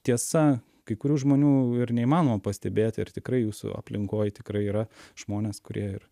tiesa kai kurių žmonių ir neįmanoma pastebėti ir tikrai jūsų aplinkoj tikrai yra žmonės kurie ir